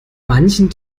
manchen